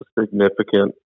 significant